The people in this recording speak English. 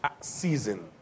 Season